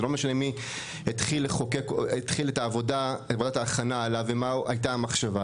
זה לא משנה מי התחיל את עבודת ההכנה עליו ומה הייתה המחשבה?